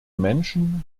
menschen